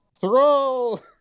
throw